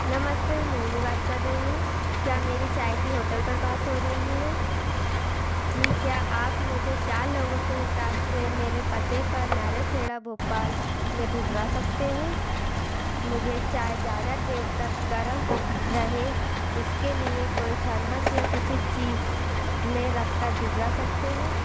नमस्ते में मोहिनी बात कर रही हूँ क्या मेरी चाय की होटल पर बात हो रही है जी क्या आप मुझे चार लोगों के हिसाब से मेरे पते पर नारयल खेड़ा भोपाल में भिजवा सकते हैं मुझे चाय ज़्यादा देर तक गर्म रहे उसके लिए कोई थर्मस या किसी चीज़ में रख कर भिजवा सकते हैं